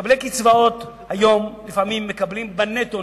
שמקבלי קצבאות היום לפעמים מקבלים בנטו,